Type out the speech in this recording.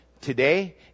today